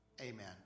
Amen